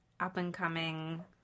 up-and-coming